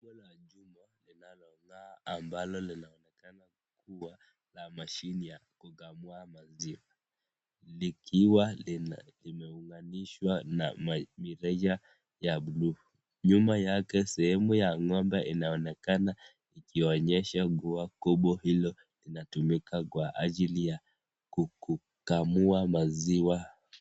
Chombo la chuma ambalo linalongaa ambalo linaonekana kuwa la mashini ya kukamua maziwa likiwa limeunganishwa na mirija ya buluu, nyuma yake sehemu ya ngombe inaonekana ikionyesha kuwa kobo hili linatumika kwa ajili ya kukamua maziwa.